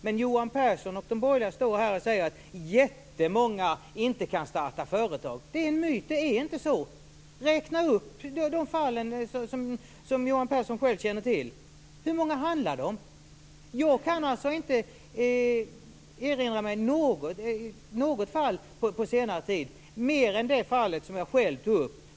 Men Johan Pehrson och de borgerliga står här och säger att jättemånga inte kan starta företag. Det är en myt! Det är inte så! Räkna upp de fall som Johan Pehrson själv känner till! Hur många handlar det om? Jag kan inte erinra mig något fall på senare tid mer än det som jag själv tog upp.